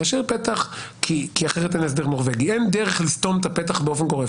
כי אין דרך לסתום את הפתח באופן גורף.